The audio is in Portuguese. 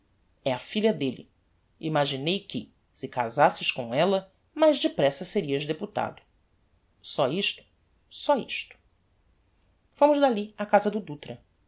é a filha delle imaginei que se casasses com ella mais depressa serias deputado só isto só isto fomos dalli á casa do dutra